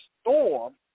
Storm